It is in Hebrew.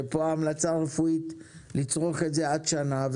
שפה ההמלצה הרפואית לצרוך את זה עד גיל שנה,